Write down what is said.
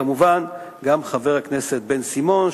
כמובן גם חבר הכנסת בן-סימון,